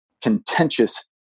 contentious